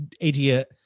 idiot